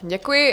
Děkuji.